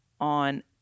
on